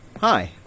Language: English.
Hi